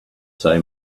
say